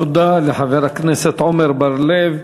תודה לחבר הכנסת עמר בר-לב.